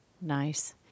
nice